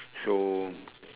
so